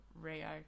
Rio